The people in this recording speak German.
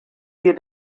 wir